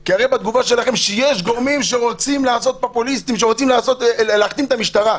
כי הרי בתגובה שלכם שיש גורמים פופוליסטים שרוצים להכתים את המשטרה.